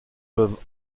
peuvent